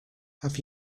have